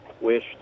wish